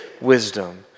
wisdom